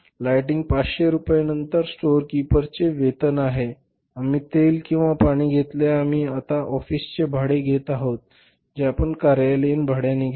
lighting 500 रुपये नंतर स्टोअरकीपरचे वेतन आहे आम्ही तेल किंवा पाणी घेतले आहे आम्ही आता ऑफिसचे भाडे घेत आहोत जे आपण कार्यालयीन भाड्याने घेतो